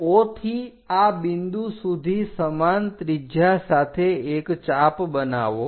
O થી આ બિંદુ સુધી સમાન ત્રિજ્યા સાથે એક ચાપ બનાવો